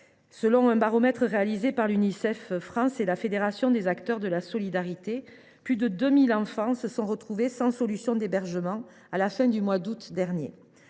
Selon un baromètre réalisé par Unicef France et la Fédération des acteurs de la solidarité, plus de 2 000 enfants se sont retrouvés sans solution d’hébergement à la fin du mois d’août dernier.